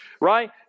right